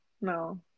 No